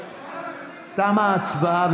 תמה ההצבעה.